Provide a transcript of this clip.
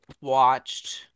watched